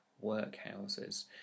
workhouses